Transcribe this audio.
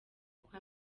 uko